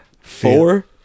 four